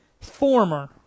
Former